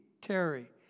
Terry